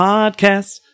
Podcast